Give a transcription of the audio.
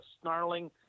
snarling